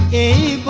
a